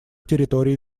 территорий